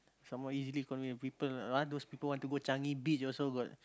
some more easily convenient people ah those people want to go Changi Beach also got